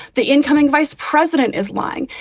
the incoming vice president is lying.